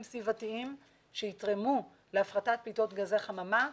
סביבתיים שיתרמו להפחתת פליטות גזי החממה,